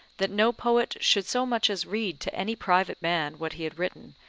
that no poet should so much as read to any private man what he had written,